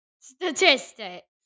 Statistics